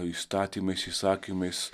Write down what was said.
įstatymais įsakymais